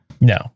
No